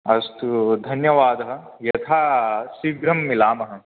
अस्तु धन्यवादः यथाशीघ्रं मिलामः